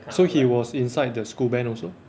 so he was inside the school band also